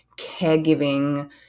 caregiving